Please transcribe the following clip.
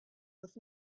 with